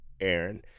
aaron